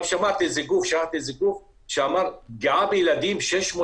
גם שמעתי איזה גוף שאמר פגיעה בילדים פגיעה בילדים 600%,